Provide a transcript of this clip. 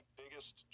biggest